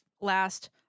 last